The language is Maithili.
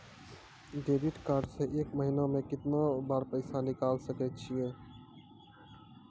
डेबिट कार्ड से एक महीना मा केतना बार पैसा निकल सकै छि हो?